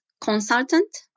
consultant